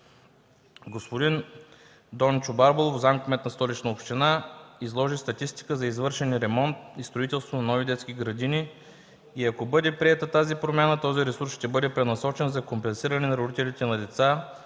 Господин Дончо Барбалов – заместник-кмет на Столична община, изложи статистика за извършени ремонт и строителство на нови детски градини и ако бъде приета тази промяна, този ресурс ще бъде пренасочен за компенсиране на родителите на децата,